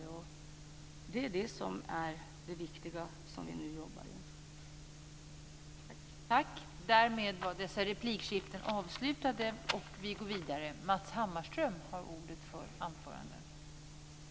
Det är det som är det viktiga som vi nu jobbar för.